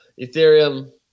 Ethereum